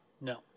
No